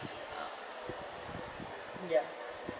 uh ya